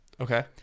Okay